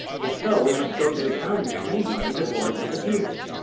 if so, we must go to the town and spend the money before it disappears.